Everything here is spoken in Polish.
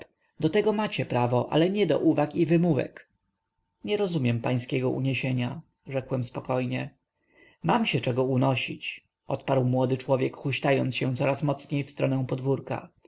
do tego macie prawo ale nie do uwag i wymówek nie rozumiem pańskiego uniesienia rzekłem spokojnie mam się czego unosić odparł młody człowiek huśtając się coraz mocniej w stronę podwórka